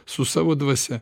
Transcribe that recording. su savo dvasia